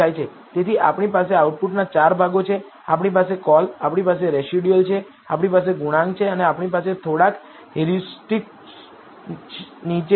તેથી આપણી પાસે આઉટપુટનાં 4 ભાગો છે આપણી પાસે કોલ આપણી પાસે રેસિડયુઅલ છે આપણી પાસે ગુણાંક છે અને આપણી પાસે થોડાક હેયુરીસ્ટિક્સ નીચે છે